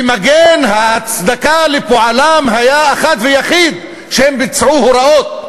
ומגן ההצדקה לפועלם היה אחד ויחיד: שהם ביצעו הוראות.